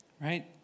Right